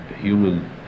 human